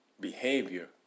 behavior